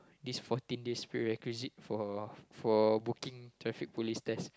these fourteen days prerequisite for for booking traffic police test